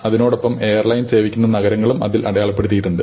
അതിനോടൊപ്പം എയർലൈൻ സേവിക്കുന്ന നഗരങ്ങളും അതിൽ അടയാളപ്പെടുത്തിയിട്ടുണ്ട്